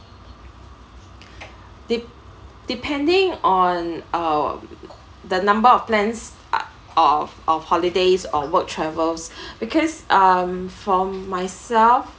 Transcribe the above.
de~ depending on um the number of plans of of holidays or work travels because um from myself